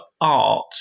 art